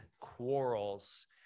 quarrels